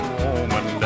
woman